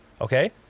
okay